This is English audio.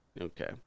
Okay